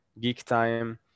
GeekTime